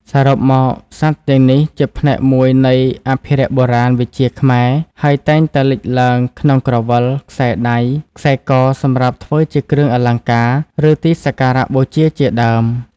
សរុបមក សត្វទាំងនេះជាផ្នែកមួយនៃអភិរក្សបុរាណវិជ្ជាខ្មែរ ហើយតែងតែលេចឡើងក្នុងក្រវិល ខ្សែដៃ ខ្សែកសម្រាប់ធ្វើជាគ្រឿងអលង្ការ ឬទីសាការៈបូជាជាដើម។